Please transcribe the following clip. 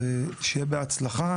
שיהיה בהצלחה,